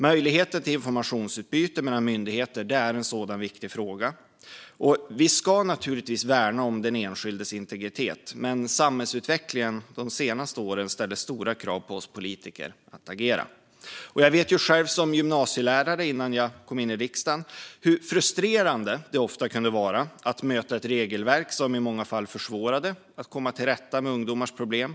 Möjligheten till informationsutbyte mellan myndigheter är en viktig sådan fråga. Vi ska naturligtvis värna den enskildes integritet, men samhällsutvecklingen de senaste åren ställer stora krav på oss politiker att agera. Jag vet själv som gymnasielärare, innan jag kom in i riksdagen, hur frustrerande det ofta kunde vara att möta ett regelverk som i många fall gjorde det svårare att komma till rätta med ungdomars problem.